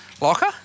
locker